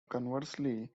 conversely